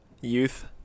youth